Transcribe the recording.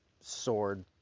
sword